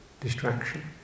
distraction